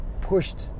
pushed